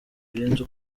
birenze